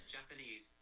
Japanese